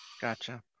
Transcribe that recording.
gotcha